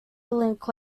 link